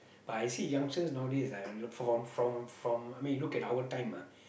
but I see youngsters nowadays ah from from from I mean you look at our time ah